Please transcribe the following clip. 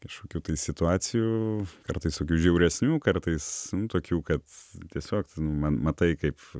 iššūkių tai situacijų kartais tokių žiauresnių kartais tokių kad tiesiog tu man matai kaip